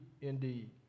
indeed